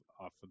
off